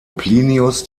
plinius